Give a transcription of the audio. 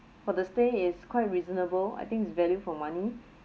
for the stay is quite reasonable I think it's value for money